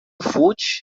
fuig